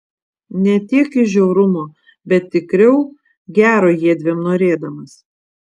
ne tiek iš žiaurumo bet tikriau gero jiedviem norėdamas